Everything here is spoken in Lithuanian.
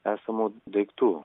esamų daiktų